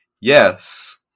Yes